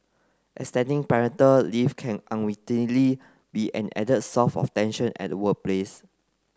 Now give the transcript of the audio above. extending parental leave can unwittingly be an added source of tension at the workplace